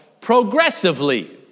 progressively